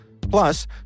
Plus